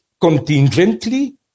contingently